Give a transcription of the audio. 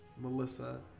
Melissa